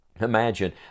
Imagine